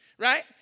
Right